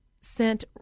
sent